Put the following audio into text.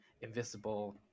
invisible